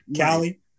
Callie